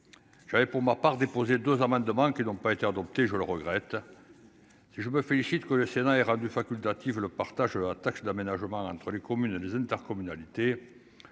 dirais pour ma part déposé 2 amendements qui n'ont pas été adopté, je le regrette, si je me félicite que le Sénat est rendue facultative le partage de la taxe d'aménagement entre les communes, les intercommunalités,